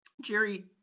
Jerry